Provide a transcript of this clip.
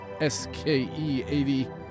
SKE80